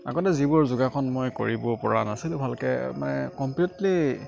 আগতে যিবোৰ যোগাসন মই কৰিবপৰা নাছিলোঁ ভালকৈ মানে কমপ্লিটলী